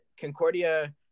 Concordia